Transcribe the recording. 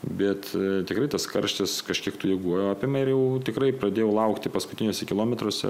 bet tikrai tas karštis kažkiek tų jėgų atima ir jau tikrai pradėjau laukti paskutiniuose kilometruose